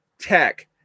tech